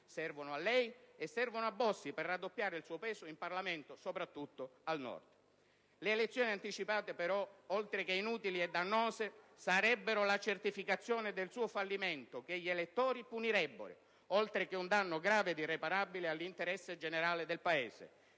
Servono a lei e servono a Bossi per raddoppiare il suo peso in Parlamento, soprattutto al Nord. Le elezioni anticipate, però, oltre che inutili e dannose, sarebbero la certificazione del suo fallimento che gli elettori punirebbero, oltre che un danno grave ed irreparabile all'interesse generale del Paese.